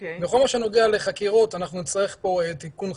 בכל מה שנוגע לחקירות אנחנו נצטרך פה תיקון חקיקה,